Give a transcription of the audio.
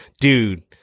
dude